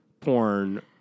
porn